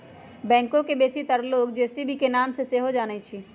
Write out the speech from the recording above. backhoe के बेशीतर लोग जे.सी.बी के नाम से सेहो जानइ छिन्ह